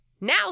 Now